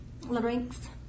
larynx